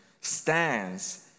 stands